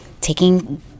taking